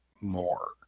more